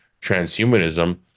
transhumanism